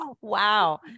Wow